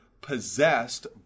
possessed